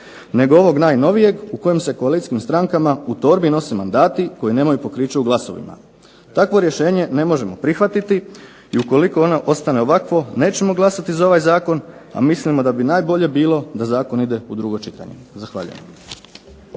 nego ovog najnovijeg, u kojem se koalicijskim strankama u torbi nose mandati koji nemaju pokriće u glasovima. Takvo rješenje ne možemo prihvatiti i ukoliko ono ostane ovakvo nećemo glasati za ovaj zakon, a mislimo da bi najbolje bilo da zakon ide u drugo čitanje. Zahvaljujem.